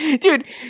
Dude